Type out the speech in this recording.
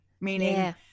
meaning